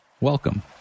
welcome